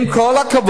סגן השר,